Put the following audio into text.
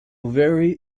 very